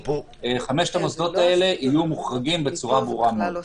חמשת המוסדות האלה יהיו מוחרגים בצורה ברורה מאוד.